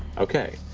okay.